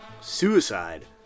Suicide